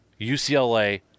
UCLA